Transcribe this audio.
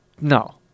No